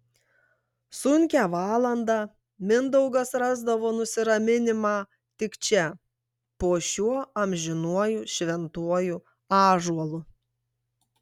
sunkią valandą mindaugas rasdavo nusiraminimą tik čia po šiuo amžinuoju šventuoju ąžuolu